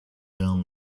down